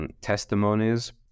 testimonies